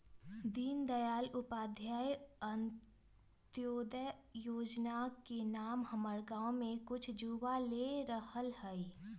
दीनदयाल उपाध्याय अंत्योदय जोजना के नाम हमर गांव के कुछ जुवा ले रहल हइ